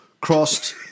crossed